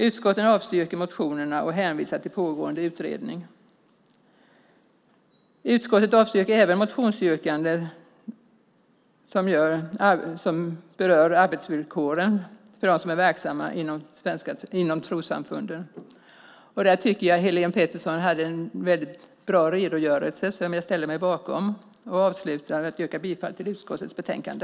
Utskottet avstyrker motionerna och hänvisar till pågående utredning. Utskottet avstyrker även motionsyrkanden som berör arbetsvillkoren för dem som är verksamma inom trossamfunden. Jag tycker att Helene Petersson gjorde en bra redogörelse, som jag ställer mig bakom. Jag yrkar bifall till förslaget i utskottets betänkande.